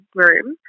room